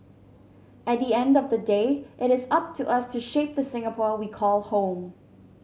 at the end of the day it is up to us to shape the Singapore we call home